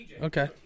Okay